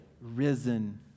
risen